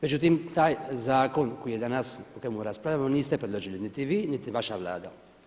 Međutim, taj zakon koji je danas o kojemu raspravljamo niste predložili niti vi, niti vaša Vlada.